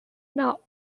not